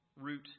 root